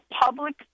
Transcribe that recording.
public